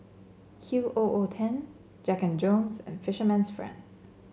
Q O O ten Jack And Jones and Fisherman's Friend